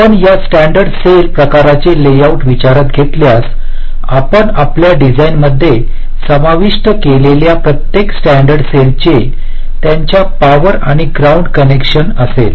आपण या standard cell प्रकाराचे लेआउट विचारात घेतल्यास आपण आपल्या डिझाइनमध्ये समाविष्ट केलेल्या प्रत्येक स्टॅण्डर्ड सेल चे त्यांचे पॉवर आणि ग्राउंड कनेक्शन असेल